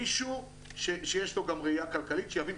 צריך שיהיה מישהו שיש לו גם ראייה כלכלית ושיבין,